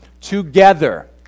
together